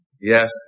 Yes